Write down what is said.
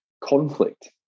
conflict